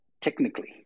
technically